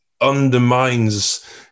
undermines